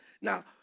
Now